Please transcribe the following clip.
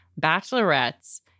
Bachelorettes